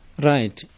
Right